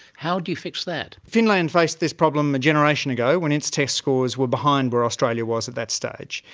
how do you fix that? finland faced this problem a generation ago when its test scores were behind where australia was at that stage.